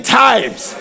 times